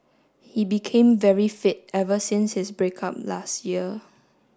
he became very fit ever since his break up last year